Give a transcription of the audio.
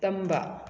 ꯇꯝꯕ